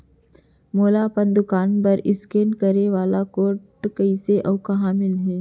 मोला अपन दुकान बर इसकेन करे वाले कोड कइसे अऊ कहाँ ले मिलही?